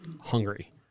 hungry